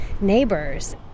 neighbors